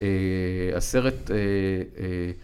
אה.. הסרט... אה... אה...